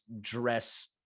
dress